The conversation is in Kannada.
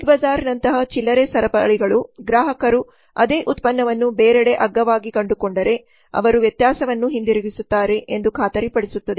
ಬಿಗ್ ಬಜಾರ್ನಂತಹ ಚಿಲ್ಲರೆ ಸರಪಳಿಗಳು ಗ್ರಾಹಕರು ಅದೇ ಉತ್ಪನ್ನವನ್ನು ಬೇರೆಡೆ ಅಗ್ಗವಾಗಿ ಕಂಡುಕೊಂಡರೆ ಅವರು ವ್ಯತ್ಯಾಸವನ್ನು ಹಿಂದಿರುಗಿಸುತ್ತಾರೆ ಎಂದು ಖಾತರಿಪಡಿಸುತ್ತದೆ